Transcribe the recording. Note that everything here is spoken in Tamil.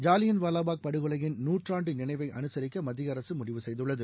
ஜாலியன் வாவாபாக் படுகொலையின் நூற்றாண்டு நினைவை அனுசரிக்க மத்திய அரசு முடிவு செய்துள்ளது